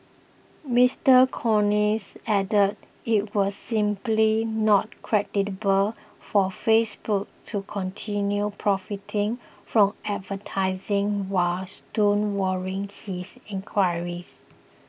Mister Collins added it was simply not credible for Facebook to continue profiting from advertising while stonewalling his inquiries